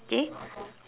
okay